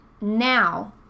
now